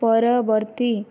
ପରବର୍ତ୍ତୀ